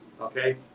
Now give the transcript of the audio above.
okay